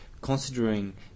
considering